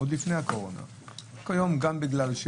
יש